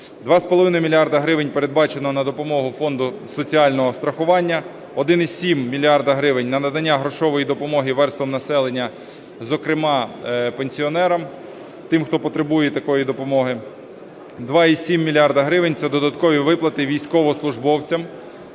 2,5 мільярда гривень передбачено на допомогу Фонду соціального страхування. 1,7 мільярда гривень – на надання грошової допомоги верствам населення, зокрема пенсіонерам, тим, хто потребує такої допомоги; 2,7 мільярда гривень – це додаткові виплати військовослужбовцям,